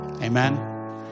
Amen